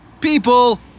People